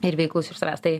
ir veiklus iš savęs tai